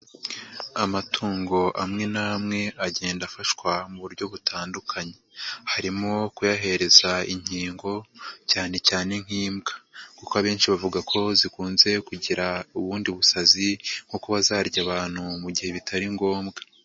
Amatungo amwe n'amwe agenda afashwa mu buryo butandukanye, harimo kuyahereza inkingo cyane cyane nk'imbwa kuko abenshi bavuga ko zikunze kugira ubundi busazi nko kuba zarya abantu mu gihe bitari ngombwa.